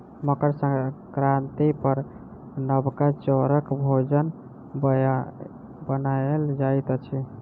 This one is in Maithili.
मकर संक्रांति पर नबका चौरक भोजन बनायल जाइत अछि